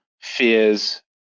fears